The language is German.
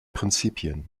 prinzipien